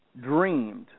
dreamed